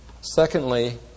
Secondly